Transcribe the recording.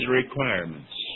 requirements